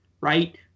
right